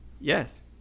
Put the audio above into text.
Yes